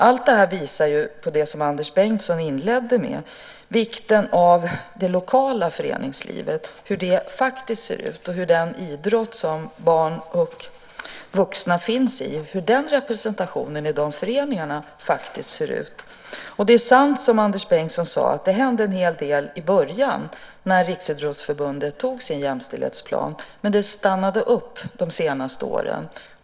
Allt det här visar på det som Anders Bengtsson inledde med, nämligen vikten av det lokala föreningslivet och hur det ser ut. Det gäller den idrott som barn och vuxna finns i och hur representationen i de föreningarna ser ut. Det är sant som Anders Bengtsson sade; det hände en hel del i början när Riksidrottsförbundet antog sin jämställdhetsplan, men det har stannat upp under de senaste åren.